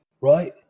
right